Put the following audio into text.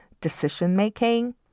decision-making